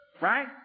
right